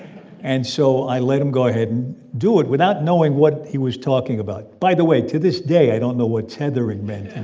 and so i let him go ahead and do it without knowing what he was talking about. by the way, to this day, i don't know what tethering meant and